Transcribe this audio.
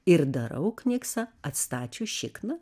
ir darau kniksą atstačius šikną